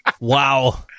Wow